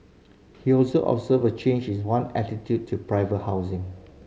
he also observed a change is one attitude to private housing